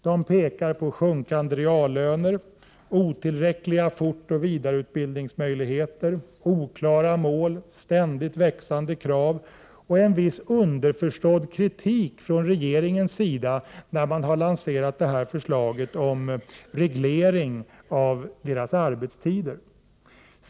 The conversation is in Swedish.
De pekar på sjunkande reallöner, otillräckliga fortoch vidareutbildningsmöjligheter, oklara mål, ständigt växande krav och en viss underförstådd kritik från regeringen då den lanserat förslaget om reglerad arbetstid etc.